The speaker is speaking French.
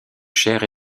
chère